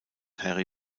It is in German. harry